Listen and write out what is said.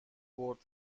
برد